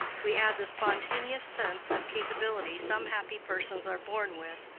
we add the spontaneous sense of capability some happy persons are born with,